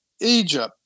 Egypt